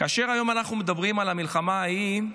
כאשר היום אנחנו מדברים על המלחמה ההיא,